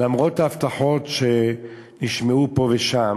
למרות ההבטחות שנשמעו פה ושם